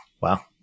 Wow